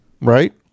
Right